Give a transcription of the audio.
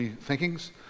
thinkings